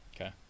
Okay